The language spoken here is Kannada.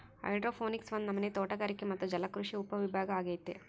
ಹೈಡ್ರೋಪೋನಿಕ್ಸ್ ಒಂದು ನಮನೆ ತೋಟಗಾರಿಕೆ ಮತ್ತೆ ಜಲಕೃಷಿಯ ಉಪವಿಭಾಗ ಅಗೈತೆ